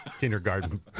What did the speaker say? kindergarten